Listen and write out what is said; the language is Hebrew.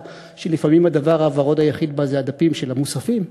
כשלפעמים הדבר הוורוד היחיד בה זה הדפים של המוספים.